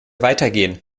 weitergehen